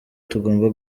tugomba